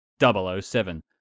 007